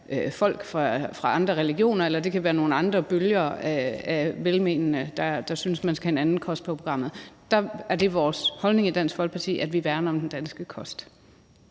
folk fra andre religioner eller andre bølger af velmenende folk, der synes, man skal have en anden kost på programmet. Der er det vores holdning i Dansk Folkeparti, at vi værner om den danske kost.